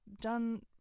done